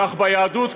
כך ביהדות,